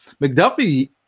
mcduffie